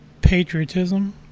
patriotism